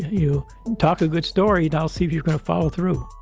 you talk a good story. now, see if you're going to follow through